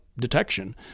detection